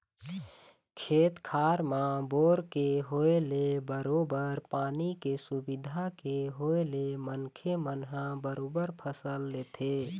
खेत खार म बोर के होय ले बरोबर पानी के सुबिधा के होय ले मनखे मन ह बरोबर फसल लेथे